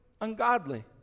ungodly